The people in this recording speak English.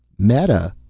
meta?